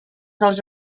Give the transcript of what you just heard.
dels